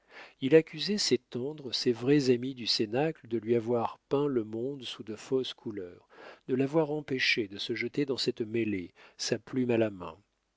il accusait ses tendres ses vrais amis du cénacle de lui avoir peint le monde sous de fausses couleurs de l'avoir empêché de se jeter dans cette mêlée sa plume à la main